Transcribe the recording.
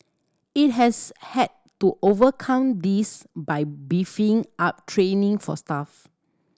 it has had to overcome this by beefing up training for staff